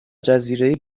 جزیره